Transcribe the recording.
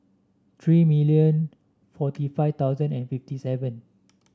three million forty five thousand and fifty seven